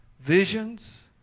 visions